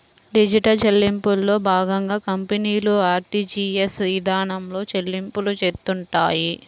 digital చెల్లింపుల్లో భాగంగా కంపెనీలు ఆర్టీజీయస్ ఇదానంలో చెల్లింపులు చేత్తుంటాయి